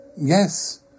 Yes